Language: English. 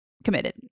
Committed